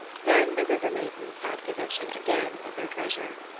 then the river maidens had possession again of their treasure.